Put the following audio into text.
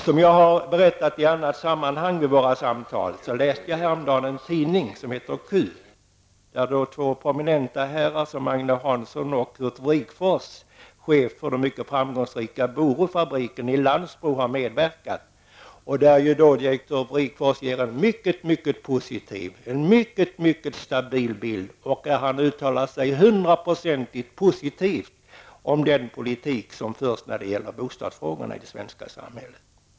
Som jag berättade vid ett samtal i ett annat sammanhang läste jag häromdagen tidningen Q, i vilken två prominenta herrar som Agne Hansson och Curt Wrigfors har medverkat. Den senare är chef för den mycket framgångsrika Borofabriken i Landsbro. I en artikel i tidningen ger direktör Wrigfors en mycket positiv och stabil bild av bostadsmarknaden. Han uttalar sig hundraprocentigt positivt om den politik kring bostadsfrågorna som förs i det svenska samhället.